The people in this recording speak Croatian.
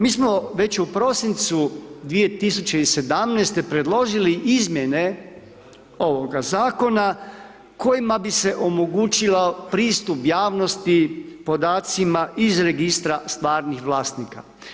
Mi smo već u prosincu 2017. predložili izmjene ovoga zakona kojima bi se omogućilo pristup javnosti podacima iz Registra stvarnih vlasnika.